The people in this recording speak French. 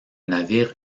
navires